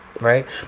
right